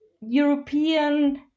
european